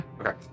Okay